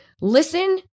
Listen